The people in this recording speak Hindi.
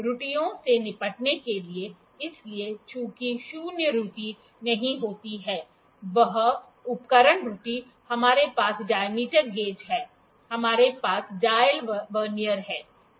त्रुटियों से निपटने के लिए इसलिए चूंकि शून्य त्रुटि नहीं होती है उपकरण त्रुटि हमारे पास डाय्मीटर गेज है हमारे पास डायल वर्नियर है